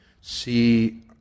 see